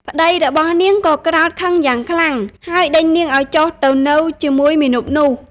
ប្តីរបស់នាងក៏ក្រោធខឹងយ៉ាងខ្លាំង ហើយដេញនាងឱ្យចុះទៅនៅជាមួយមាណពនោះ។